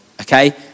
Okay